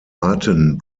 arten